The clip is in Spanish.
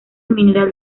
mineral